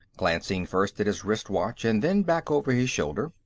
glancing first at his wrist-watch and then back over his shoulder.